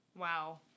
Wow